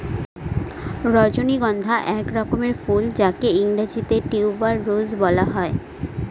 রজনীগন্ধা এক রকমের ফুল যাকে ইংরেজিতে টিউবার রোজ বলা হয়